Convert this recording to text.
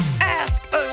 Ask